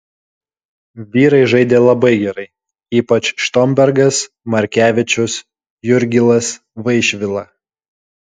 vyrai žaidė labai gerai ypač štombergas markevičius jurgilas vaišvila